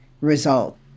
result